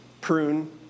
prune